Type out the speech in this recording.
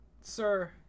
sir